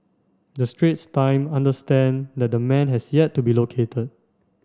the Straits Time understand that the man has yet to be located